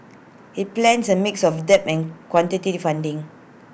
IT plans A mix of debt in quantity funding